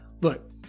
Look